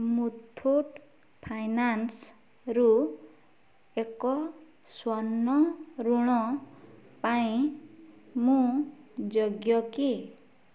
ମୁଥୁଟ୍ ଫାଇନାନ୍ସ୍ରୁ ଏକ ସ୍ଵର୍ଣ୍ଣ ଋଣ ପାଇଁ ମୁଁ ଯୋଗ୍ୟ କି